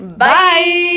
Bye